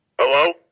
Hello